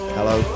Hello